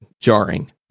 jarring